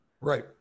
Right